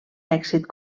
èxit